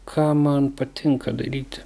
ką man patinka daryti